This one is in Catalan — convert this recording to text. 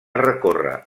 recórrer